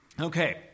Okay